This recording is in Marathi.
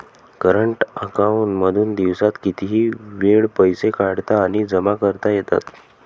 करंट अकांऊन मधून दिवसात कितीही वेळ पैसे काढता आणि जमा करता येतात